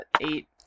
Eight